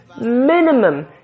minimum